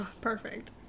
Perfect